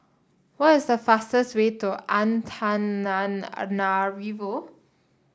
what is the fastest way to Antananarivo